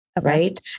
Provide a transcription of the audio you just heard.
Right